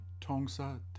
Tongsa